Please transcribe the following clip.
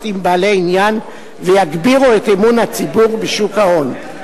עם בעלי עניין ויגבירו את האמון הציבור בשוק ההון.